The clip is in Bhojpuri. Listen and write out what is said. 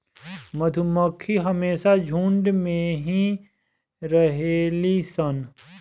मधुमक्खी हमेशा झुण्ड में ही रहेली सन